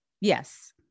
Yes